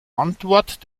antwort